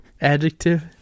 Adjective